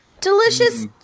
Delicious